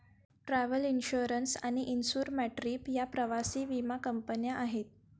travel insurance आणि insure my trip या प्रवासी विमा कंपन्या आहेत